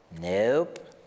Nope